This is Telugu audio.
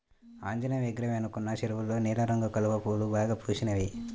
ఆంజనేయ విగ్రహం వెనకున్న చెరువులో నీలం రంగు కలువ పూలు బాగా పూసినియ్